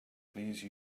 please